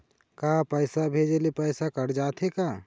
का पैसा भेजे ले पैसा कट जाथे का?